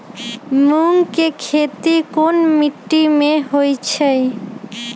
मूँग के खेती कौन मीटी मे होईछ?